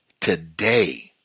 today